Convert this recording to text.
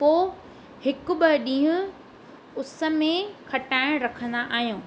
पोइ हिकु ॿ ॾींहं उस में खटाइण रखंदा आहियूं